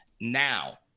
Now